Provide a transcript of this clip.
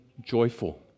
joyful